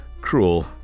cruel